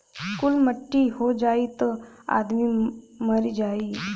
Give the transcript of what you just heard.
कुल मट्टी हो जाई त आदमी मरिए जाई